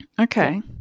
Okay